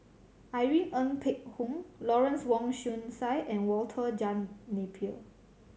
Irene Ng Phek Hoong Lawrence Wong Shyun Tsai and Walter John Napier